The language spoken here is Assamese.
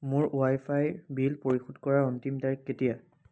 মোৰ ৱাই ফাইৰ বিল পৰিশোধ কৰাৰ অন্তিম তাৰিখ কেতিয়া